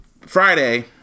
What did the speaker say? Friday